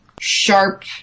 sharp